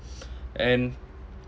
and